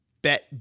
bet